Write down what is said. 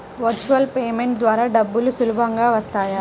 Virtual payment ద్వారా డబ్బులు సులభంగా వస్తాయా?